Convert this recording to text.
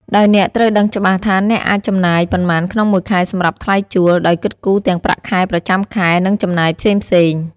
ដោយអ្នកត្រូវដឹងច្បាស់ថាអ្នកអាចចំណាយប៉ុន្មានក្នុងមួយខែសម្រាប់ថ្លៃជួល ដោយគិតគូរទាំងប្រាក់ខែប្រចាំខែ និងចំណាយផ្សេងៗ។